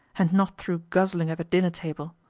and not through guzzling at the dinner table.